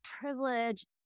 privilege